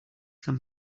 can